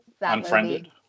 Unfriended